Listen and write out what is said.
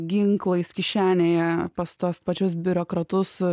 ginklais kišenėje pas tuos pačius biurokratus